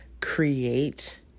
create